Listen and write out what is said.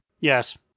Yes